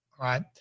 right